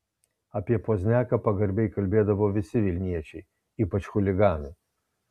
apie pozniaką pagarbiai kalbėdavo visi vilniečiai ypač chuliganai